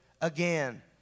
again